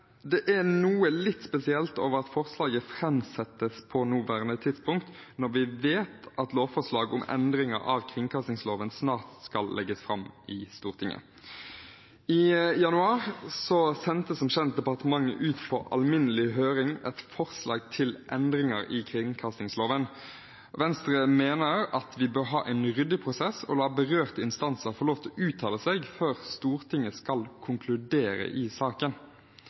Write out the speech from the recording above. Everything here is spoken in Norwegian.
det er noe litt spesielt med at forslaget framsettes på nåværende tidspunkt, når vi vet at lovforslag om endringer av kringkastingsloven snart skal legges fram i Stortinget. I januar sendte som kjent departementet ut på alminnelig høring et forslag til endringer i kringkastingsloven. Venstre mener at vi bør ha en ryddig prosess og la berørte instanser få lov til å uttale seg før Stortinget skal konkludere i saken.